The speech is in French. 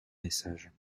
messages